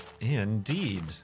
Indeed